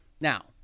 Now